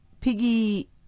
Piggy